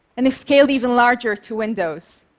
and if scaled even larger, to windows.